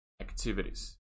activities